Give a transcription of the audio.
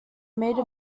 made